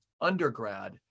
undergrad